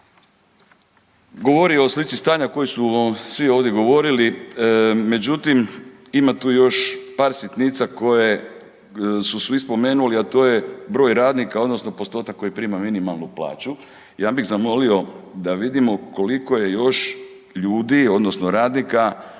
govori o slici stanja o kojoj su svi ovdje govorili. Međutim, ima tu još par sitnica koje su svi spomenuli, a to je broj radnika odnosno postotak koji prima minimalnu plaću. Ja bih zamolio da vidimo koliko je još ljudi odnosno radnika